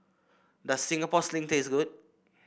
does Singapore Sling taste good